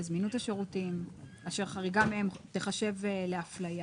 לזמינות השירותים אשר חריגה מהם תיחשב להפליה.